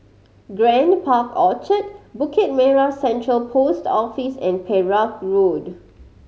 Grand Park Orchard Bukit Merah Central Post Office and Perak Road